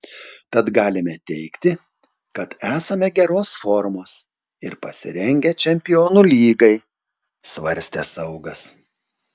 tad galime teigti kad esame geros formos ir pasirengę čempionų lygai svarstė saugas